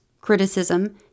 criticism